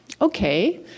okay